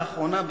לאחרונה,